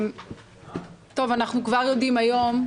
אנחנו כבר יודעים היום,